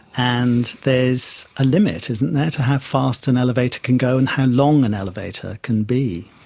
and there's a limit, isn't there, to how fast an elevator can go and how long an elevator can be.